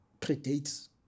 predates